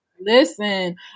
listen